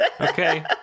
Okay